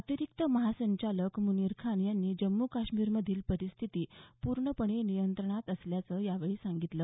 अतिरिक्त महासंचालक मुनीर खान यांनी जम्मू काश्मीरमधली परिस्थिती पूर्णपणे नियंत्रणात असल्याचं यावेळी सांगितलं